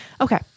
Okay